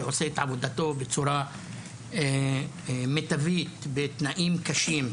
שעושה את עבודתו בצורה מיטבית בתנאים קשים,